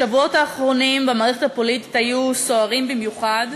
השבועות האחרונים במערכת הפוליטית היו סוערים במיוחד,